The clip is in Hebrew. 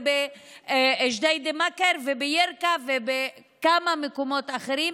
ובג'דיידה-מכר ובירכא ובכמה מקומות אחרים,